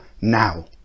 now